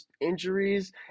injuries